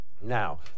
Now